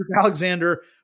Alexander